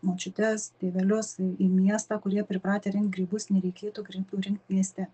močiutes tėvelius į į miestą kurie pripratę rinkt grybus nereikėtų rinkt mieste